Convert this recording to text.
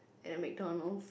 and a McDonald's